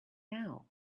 now